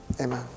amen